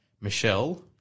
Michelle